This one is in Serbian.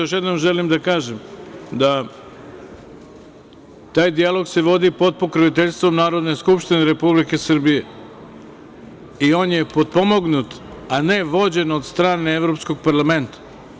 Još jedom želim da im kažem da taj dijalog se vodi pod pokroviteljstvom Narodne skupštine Republike Srbije i on je potpomognut, a ne vođen od strane Evropskog parlamenta.